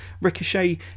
Ricochet